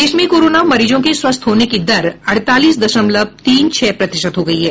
देश में कोरोना मरीजों के स्वस्थ होने की दर अड़तालीस दशमलव तीन छह प्रतिशत हो गई है